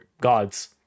gods